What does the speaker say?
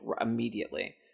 immediately